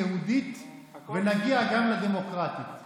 הממשלה הנוכחית הודיעה באטימות לב שאין בכוונתה